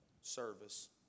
service